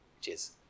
Cheers